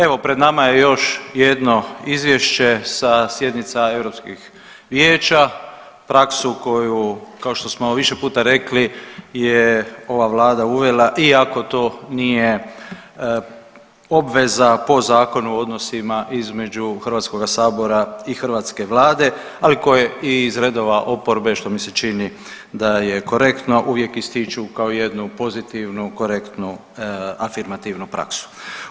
Evo pred nama je još jedno izvješće sa sjednica Europskih vijeća, praksu koju kao što smo više puta rekli je ova vlada uvela iako to nije obveza po Zakonu o odnosima između Hrvatskoga sabora i hrvatske Vlade, ali koje i iz redova oporbe što mi se čini da je korektno uvijek ističu kao jednu pozitivnu, korektnu afirmativnu praksu.